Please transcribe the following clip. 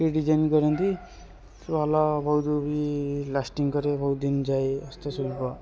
କି ଡିଜାଇନ୍ କରନ୍ତି ଭଲ ବହୁତ ବି ଲାଷ୍ଟିଙ୍ଗ୍ କରେ ବହୁତ ଦିନ ଯାଏ ହସ୍ତଶିଳ୍ପ